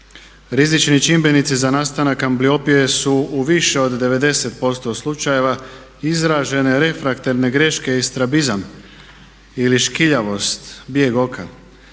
Rizični čimbenici za nastanak ambliopije su u više od 90% slučajeva izražene refraktorne greške i strabizam ili škiljavost, bijeg oka.